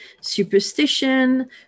superstition